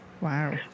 Wow